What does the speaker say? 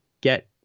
get